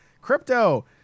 crypto